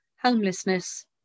homelessness